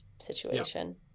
situation